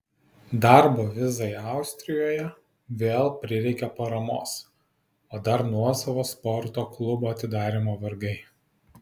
darbo vizai austrijoje vėl prireikė paramos o dar nuosavo sporto klubo atidarymo vargai